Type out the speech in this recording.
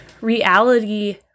reality